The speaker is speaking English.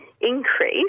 increase